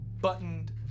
buttoned